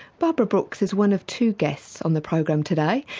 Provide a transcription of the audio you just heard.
barbara brooks is one of two guests on the program today,